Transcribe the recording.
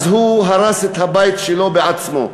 אז הוא הרס את הבית שלו בעצמו,